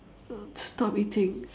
stop eating